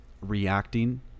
reacting